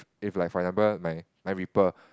if like for example my my Ripple